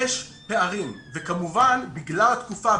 יש פערים וכמובן בגלל התקופה,